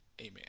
Amen